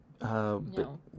No